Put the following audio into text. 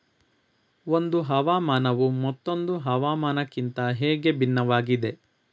ಒಂದು ಹವಾಮಾನವು ಮತ್ತೊಂದು ಹವಾಮಾನಕಿಂತ ಹೇಗೆ ಭಿನ್ನವಾಗಿದೆ?